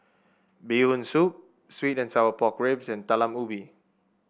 Bee Hoon Soup sweet and Sour Pork Ribs and Talam Ubi